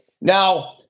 now